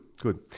good